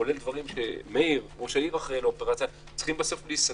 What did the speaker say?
כולל דברים שמאיר ראש עיר - צריך להיסגר,